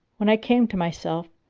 when i came to myself,